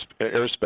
airspace